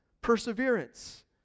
Perseverance